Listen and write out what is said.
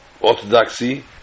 orthodoxy